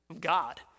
God